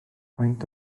faint